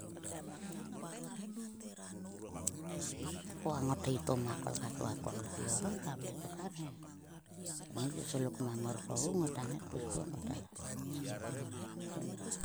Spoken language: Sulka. Ei to koa ngothi to ma kolkha to a korlotge orom tok arhe. Tngai gi slok mang ngor kogu. Ngota ngai kpis kuon ko ta slok mang ngor to nop.